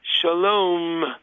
Shalom